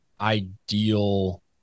ideal